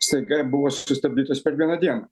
staiga buvo sustabdytos per vieną dieną